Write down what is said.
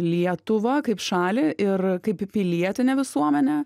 lietuvą kaip šalį ir kaip į pilietinę visuomenę